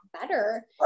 better